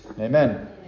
Amen